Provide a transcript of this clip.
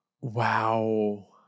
Wow